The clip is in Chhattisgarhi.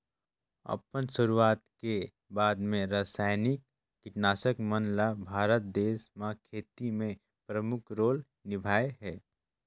अपन शुरुआत के बाद ले रसायनिक कीटनाशक मन ल भारत देश म खेती में प्रमुख रोल निभाए हे